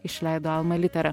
išleido alma litera